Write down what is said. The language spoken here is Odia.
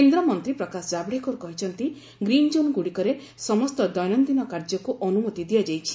କେନ୍ଦ୍ର ମନ୍ତ୍ରୀ ପ୍ରକାଶ ଜାଭଡେକର କହିଛନ୍ତି ଗ୍ରୀନ୍ କୋନ୍ଗୁଡ଼ିକରେ ସମସ୍ତ ଦୈନନ୍ଦିନ କାର୍ଯ୍ୟକୁ ଅନୁମତି ଦିଆଯାଇଛି